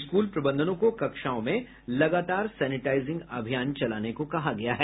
school प्रबंधनों को कक्षाओं में लगातार सैनिटाइजिंग अभियान चलाने को कहा गया है